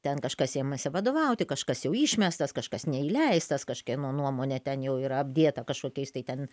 ten kažkas ėmėsi vadovauti kažkas jau išmestas kažkas neįleistas kažkieno nuomonė ten jau yra apdėta kažkokiais tai ten